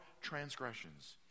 transgressions